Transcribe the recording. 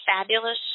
fabulous